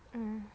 mm